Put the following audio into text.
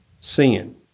sin